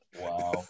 Wow